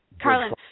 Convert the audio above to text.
Carlin